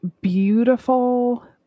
beautiful